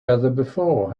before